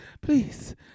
please